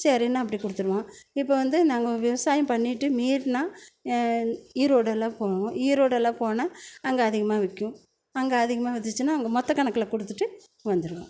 சரின்னு அப்படி கொடுத்துருவோம் இப்போ வந்து நாங்கள் விவசாயம் பண்ணிட்டு மீறினா ஈரோடில் போவோம் ஈரோடில் போனால் அங்கே அதிகமாக விற்கும் அங்கே அதிகமாக விற்றுச்சின்னா அங்கே மொத்த கணக்கில் கொடுத்துட்டு வந்துவோம்